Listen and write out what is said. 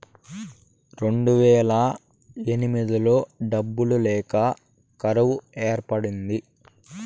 రెండువేల ఎనిమిదిలో డబ్బులు లేక కరువు ఏర్పడింది